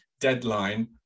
deadline